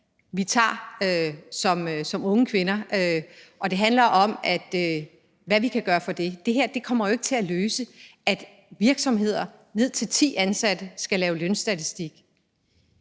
vi tager som unge kvinder, og det handler om, hvad vi kan gøre i forhold til det. Det her kommer jo ikke til at løse det, altså at virksomheder ned til ti ansatte skal lave lønstatistik.